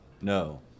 No